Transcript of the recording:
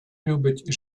любить